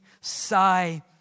sigh